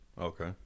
Okay